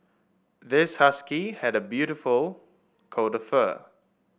this husky had a beautiful coat of fur